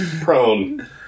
prone